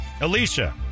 Alicia